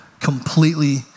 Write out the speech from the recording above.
completely